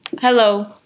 Hello